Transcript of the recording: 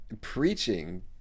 preaching